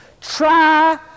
try